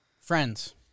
friends